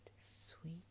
sweet